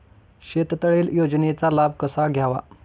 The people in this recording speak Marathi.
शेततळे योजनेचा लाभ कसा घ्यावा?